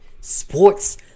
Sports